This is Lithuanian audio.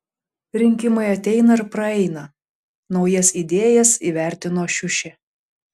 rinkimai ateina ir praeina naujas idėjas įvertino šiušė